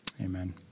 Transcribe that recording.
Amen